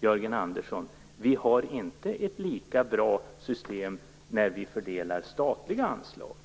Jörgen Andersson, vi har inte ett lika bra system när vi fördelar statliga anslag.